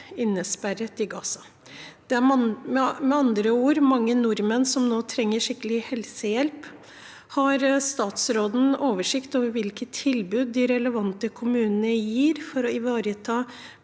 innesperret i Gaza. Det er med andre ord mange nordmenn som nå trenger skikkelig helsehjelp. Har statsråden oversikt over hvilke tilbud de relevante kommunene gir for å ivareta